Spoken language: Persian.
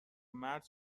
مرد